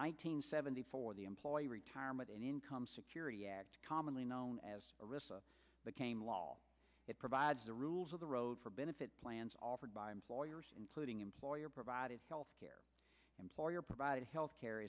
hundred seventy four the employee retirement income security act commonly known as a risk became law it provides the rules of the road for benefit plans offered by employers including employer provided health care employer provided health care